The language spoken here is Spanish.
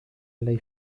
ley